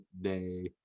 day